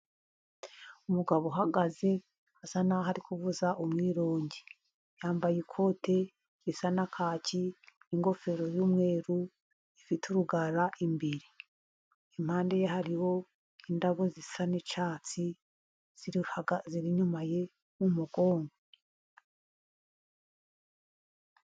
Umugabo uhagaze usa n'aho ari kuvuza umwirongi. Yambaye ikote risa na kaki, ingofero y'umweru ifite urugara imberere. Impande ye hariho indabo zisa n'icyatsi ziriho inyuma ye mu mugongo.